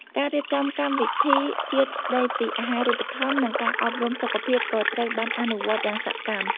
ការរៀបចំកម្មវិធីជាតិស្តីពីអាហារូបត្ថម្ភនិងការអប់រំសុខភាពក៏ត្រូវបានអនុវត្តយ៉ាងសកម្ម។